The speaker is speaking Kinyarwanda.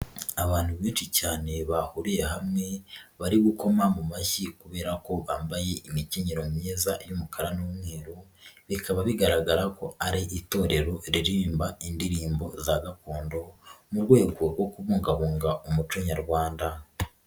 Abantu benshi cyane bahuriye hamwe bari gukoma mu mashyi kubera ko bambaye imikiniro myiza y'umukara n'umweru, bikaba bigaragara ko ari itorero riririmba indirimbo za gakondo mu rwego rwo kubungabunga umuco nyarwanda.